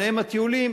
וביניהם הטיולים,